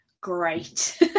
great